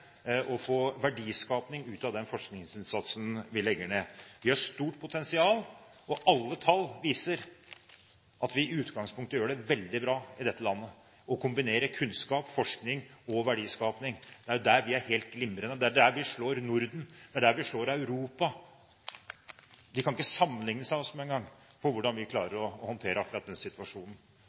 få verdiskaping ut av den forskningsinnsatsen vi legger ned. Vi har et stort potensial, og alle tall viser at vi i utgangspunktet gjør det veldig bra i dette landet når det gjelder å kombinere kunnskap, forskning og verdiskaping. Det er der vi er helt glimrende, det er der vi slår de andre i Norden, det er der vi slår resten av Europa. De kan nesten ikke sammenligne seg med oss med hensyn til hvordan vi klarer å håndtere akkurat den situasjonen.